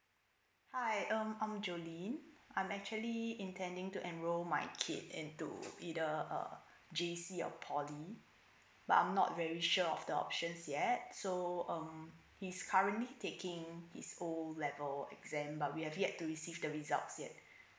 hi um I'm jolene I'm actually intending to enrol my kid into either uh J_C or poly but I'm not very sure of the options yet so um he's currently taking his O level exam but we have yet to receive the results yet